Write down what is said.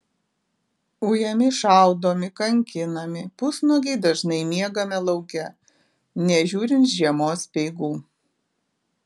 ujami šaudomi kankinami pusnuogiai dažnai miegame lauke nežiūrint žiemos speigų